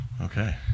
Okay